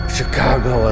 Chicago